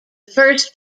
first